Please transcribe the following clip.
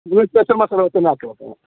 ഇത് സ്പെഷ്യൽ മസാലദോശ തന്നെ ആക്കാം